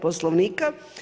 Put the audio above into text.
Poslovnika.